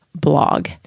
blog